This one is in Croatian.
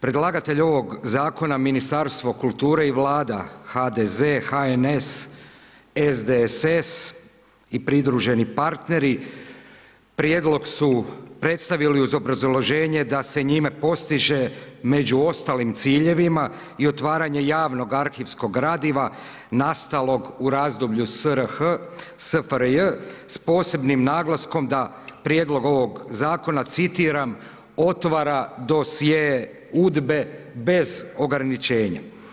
Predlagatelj ovog zakona Ministarstvo kulture i Vlada HDZ, HNS, SDSS i pridruženi partneri, prijedlog su predstavili uz obrazloženje da se njime postiže među ostalim ciljevima i otvaranje javnog arhivskog gradiva nastalog u razdoblju SRH, SFRJ, s posebnim naglaskom da Prijedlog ovog zakona, citiram, otvara dosjee Udbe bez ograničenja.